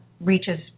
reaches